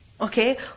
okay